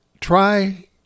try